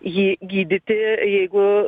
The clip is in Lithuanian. jį gydyti jeigu